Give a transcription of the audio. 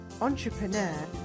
entrepreneur